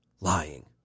Lying